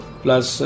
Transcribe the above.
plus